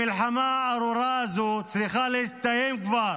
המלחמה הארורה הזו צריכה להסתיים כבר.